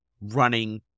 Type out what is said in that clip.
running